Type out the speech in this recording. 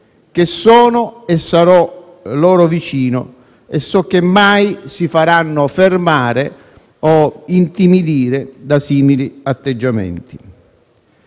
che sono e sarò loro vicino e so che mai si faranno fermare o intimidire da simili atteggiamenti.